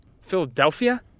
Philadelphia